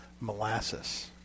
molasses